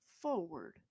forward